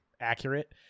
accurate